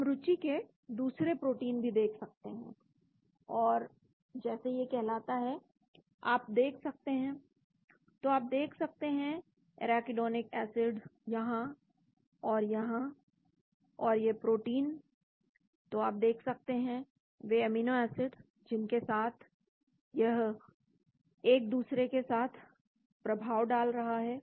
हम रुचि के दूसरे प्रोटीन भी देख सकते हैं और जैसे कहलाता है आप देख सकते हैं तो आप देख सकते हैं एराकीडोनिक एसिड यहां और यहां और यह प्रोटीन तो आप देख सकते हैं वे अमीनो एसिड जिनके साथ यह एक दूसरे पर प्रभाव डाल रहा है